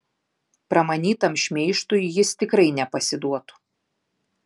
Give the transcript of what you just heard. pramanytam šmeižtui jis tikrai nepasiduotų